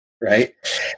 right